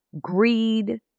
greed